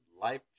life